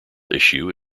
issue